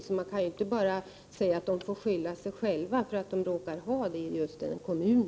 Så vi kan inte bara säga att man får skylla sig själv för att man råkar ha sin fritidsbostad i en viss kommun.